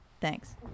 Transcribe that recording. Thanks